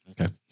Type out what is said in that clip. Okay